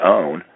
own